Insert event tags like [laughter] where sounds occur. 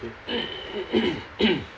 [coughs]